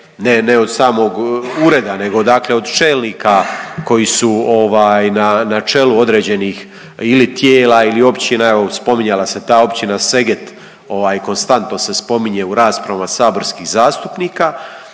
ne od samog ureda, nego dakle od čelnika koji su na čelu određenih ili tijela ili općina. Evo spominjala se ta općina Seget, konstantno se spominje u raspravama saborskih zastupnika,